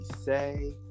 say